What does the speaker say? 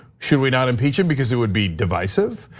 should we not impeach him because he would be divisive?